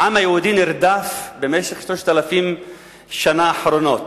העם היהודי נרדף במשך 3,000 השנים האחרונות